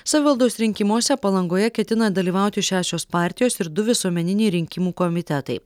savivaldos rinkimuose palangoje ketina dalyvauti šešios partijos ir du visuomeniniai rinkimų komitetai